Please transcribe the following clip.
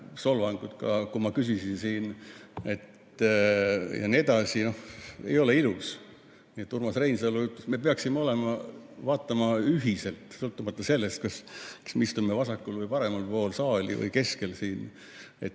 solvangud ka, kui ma küsisin siin. Ei ole ilus! Urmas Reinsalu ütles, et me peaksime vaatama ühiselt, sõltumata sellest, kas me istume vasakul või paremal pool saali või keskel. See